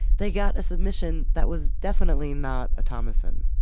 they got a submission that was definitely not a thomasson.